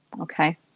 Okay